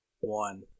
one